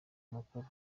mukuru